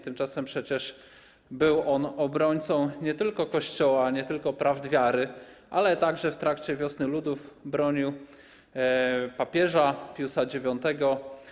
Tymczasem przecież był on obrońcą nie tylko Kościoła, nie tylko prawd wiary, ale także w trakcie Wiosny Ludów bronił papieża Piusa IX.